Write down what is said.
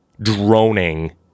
droning